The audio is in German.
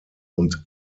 und